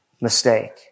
mistake